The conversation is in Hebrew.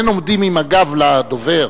אין עומדים עם הגב לדובר,